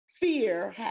Fear